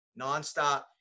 nonstop